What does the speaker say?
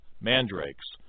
mandrakes